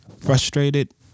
frustrated